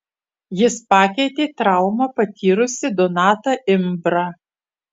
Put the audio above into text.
jis pakeitė traumą patyrusį donatą imbrą